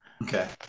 Okay